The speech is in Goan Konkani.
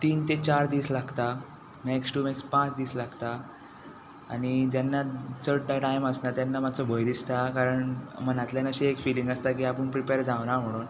तीन ते चार दीस लागता मॅक्स टू मॅक्स पांच दीस लागता आनी जेन्ना चड टायम आसना तेन्ना मातसो भंय दिसता कारण मनांतल्यान अशी एक फिलींग आसता की आपूण प्रिपेर जावना म्हणून